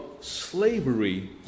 slavery